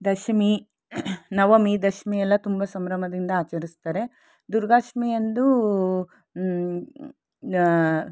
ದಶಮಿ ನವಮಿ ದಶಮಿ ಎಲ್ಲ ತುಂಬ ಸಂಭ್ರಮದಿಂದ ಆಚರಿಸ್ತಾರೆ ದುರ್ಗಾಷ್ಟಮಿಯಂದು